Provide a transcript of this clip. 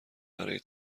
برای